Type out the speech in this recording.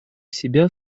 себя